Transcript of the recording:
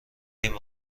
ریم